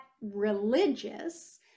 religious